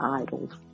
idols